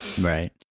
Right